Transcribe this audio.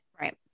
Right